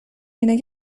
اینه